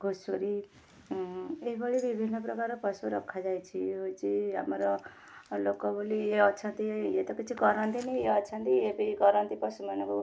ଘୁଷୁରି ଏହିଭଳି ବିଭିନ୍ନ ପ୍ରକାରର ପଶୁ ରଖାଯାଇଛି ଏଇ ହେଉଛି ଆମର ଲୋକ ବୋଲି ଅଛନ୍ତି ଇଏ ତ କିଛି କରନ୍ତିନି ଇଏ ଅଛନ୍ତି ପଶୁମାନଙ୍କୁ